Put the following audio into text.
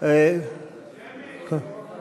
יושב-ראש